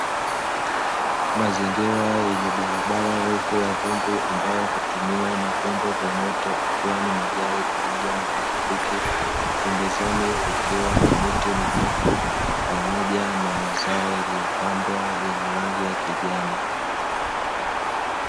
Mazingira yenye barabara refu ya vumbi ambayo hutumiwa na vyombo vya moto ikiwa ni magari pamoja na pikipiki. Pembezoni kukiwa na miti mirefu, pamoja na mazao yaliyopandwa yenye rangi ya kijani.